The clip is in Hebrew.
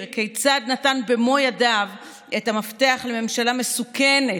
כיצד נתן במו ידיו את המפתח לממשלה מסוכנת,